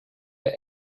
der